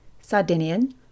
Sardinian